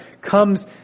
comes